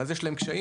ואז יש להם קשיים.